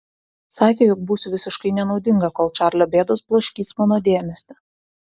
sakė jog būsiu visiškai nenaudinga kol čarlio bėdos blaškys mano dėmesį